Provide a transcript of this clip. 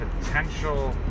potential